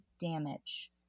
damage